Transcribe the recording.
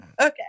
Okay